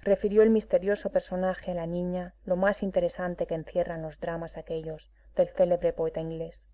refirió el misterioso personaje a la niña lo más interesante que encierran los dramas aquellos del célebre poeta inglés